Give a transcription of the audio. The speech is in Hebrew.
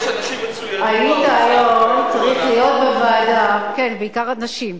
כשיש אנשים מצוינים באוצר, כן, בעיקר הנשים,